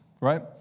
right